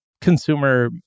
consumer